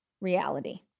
reality